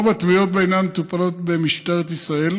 רוב התביעות בעניין מטופלות במשטרת ישראל,